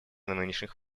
нынешних